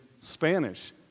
Spanish